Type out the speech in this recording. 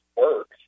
works